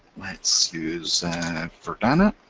let's use verdana.